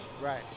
Right